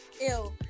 ew